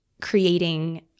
creating